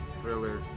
thriller